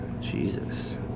Jesus